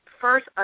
first